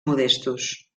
modestos